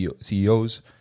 CEOs